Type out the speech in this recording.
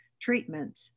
treatment